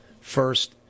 first